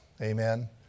amen